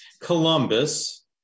Columbus